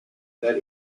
that